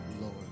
Lord